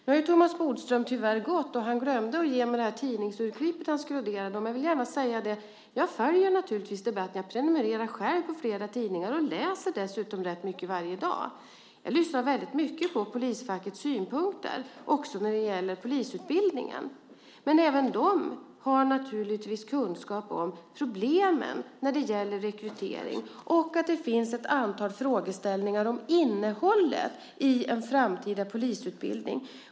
Nu har Thomas Bodström tyvärr gått, och han glömde att ge mig det tidningsurklipp han skroderade om. Jag vill gärna säga att jag följer debatten. Jag prenumererar själv på flera tidningar och läser dessutom rätt mycket varje dag. Jag lyssnar väldigt mycket på polisfackets synpunkter också när det gäller polisutbildningen. Men även de har naturligtvis kunskap om problemen när det gäller rekrytering och att det finns ett antal frågeställningar om innehållet i en framtida polisutbildning.